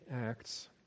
acts